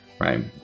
right